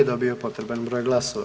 dobio potreban broj glasova.